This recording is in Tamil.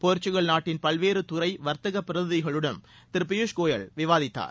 போர்ச்சுக்கல் நாட்டின் பல்வேறு துறை வர்த்தக பிரதிநிதிகளுடனும் திரு பியூஷ் கோயல் விவாதித்தார்